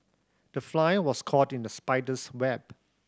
the fly was caught in the spider's web